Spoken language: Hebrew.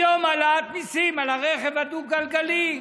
היום העלאת מיסים על הרכב הדו-גלגלי.